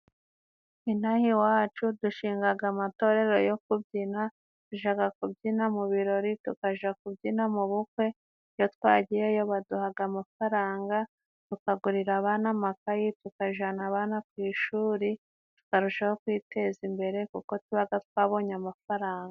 Inaha iwacu dushingaga amatorero yo kubyina. Tujaga kubyina mu birori, tukaja kubyina mu bukwe. Iyo twagiyeyo baduhaga amafaranga bakagurira abandi n'amakayi, tukajana abana ku ishuri, tukarushaho kwiteza imbere kuko tubaga twabonye amafaranga.